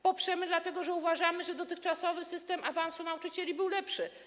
Poprzemy ją, ponieważ uważamy, że dotychczasowy system awansu nauczycieli był lepszy.